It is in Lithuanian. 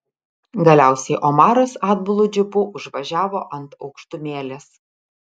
galiausiai omaras atbulu džipu užvažiavo ant aukštumėlės